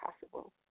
possible